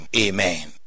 Amen